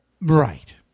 Right